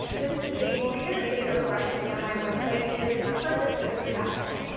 this is a reader favorite recipe on my website and it's perfect for this casserole.